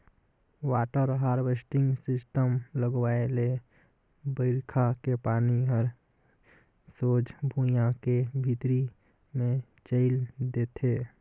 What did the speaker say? water harvesting system लगवाए ले बइरखा के पानी हर सोझ भुइयां के भीतरी मे चइल देथे